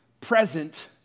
present